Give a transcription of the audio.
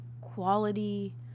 quality